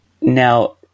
Now